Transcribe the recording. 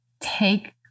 take